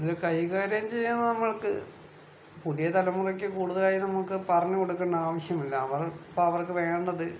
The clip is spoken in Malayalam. ഇതില് കൈകാര്യം ചെയ്യാം നമ്മൾക്ക് പുതിയ തലമുറക്ക് കൂടുതലായി നമ്മക്ക് പറഞ്ഞ് കൊടുക്കേണ്ട ആവശ്യം ഇല്ല അവർ ഇപ്പം അവർക്ക് വേണ്ടത്